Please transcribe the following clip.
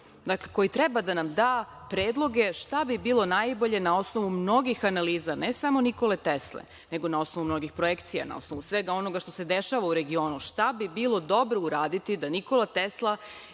koji treba da nam da predloge šta bi bilo najbolje na osnovu mnogih analiza, ne samo „Nikole Tesle“, nego na osnovu mnogih projekcija, na osnovu svega onog što se dešava u regionu, šta bi bilo dobro uraditi da „Nikola Tesla“